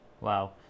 Wow